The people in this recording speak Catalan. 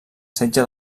setge